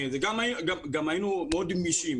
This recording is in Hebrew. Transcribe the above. היינו מאוד גמישים.